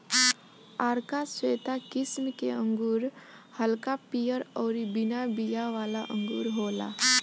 आरका श्वेता किस्म के अंगूर हल्का पियर अउरी बिना बिया वाला अंगूर होला